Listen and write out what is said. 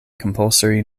compulsory